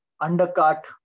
undercut